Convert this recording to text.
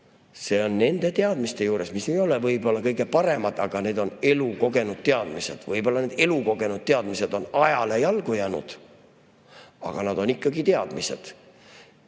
see on nende teadmiste juures, mis ei ole võib-olla kõige paremad, aga need on elukogenud teadmised. Võib-olla need elukogenud teadmised on ajale jalgu jäänud, aga nad on ikkagi teadmised.